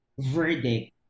verdict